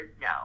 no